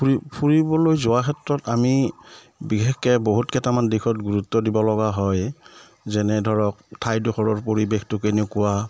ফুৰি ফুৰিবলৈ যোৱাৰ ক্ষেত্ৰত আমি বিশেষকে বহুত কেইটামান দিশত গুৰুত্ব দিব লগা হয় যেনে ধৰক ঠাইডোখৰৰ পৰিৱেশটো কেনেকুৱা